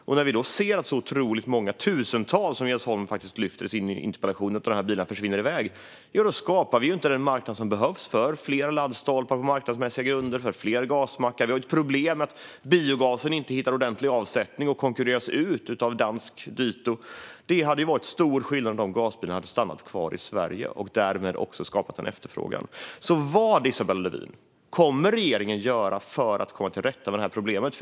Om vi bara ser på när många av dessa bilar - Jens Holm nämnde i sin interpellation att det handlar om tusentals - försvinner iväg skapar vi inte den marknad som behövs för fler laddstolpar eller för att fler gasmackar ska kunna öppna på marknadsmässiga grunder. Vi har problem med att biogasen inte hittar ordentlig avsättning och konkurreras ut av dansk dito. Det hade gjort stor skillnad om gasbilarna hade stannat kvar i Sverige och därmed skapat en efterfrågan. Vad, Isabella Lövin, kommer regeringen att göra för att komma till rätta med problemet?